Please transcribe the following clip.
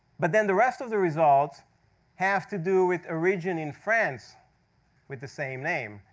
but then the rest of the results have to do with a region in france with the same name.